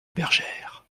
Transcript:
bergère